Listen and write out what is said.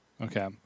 Okay